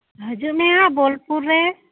ᱦᱤᱡᱩᱜ ᱢᱮ ᱦᱟᱸᱜ ᱵᱳᱞᱯᱩᱨ ᱨᱮ